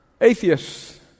atheists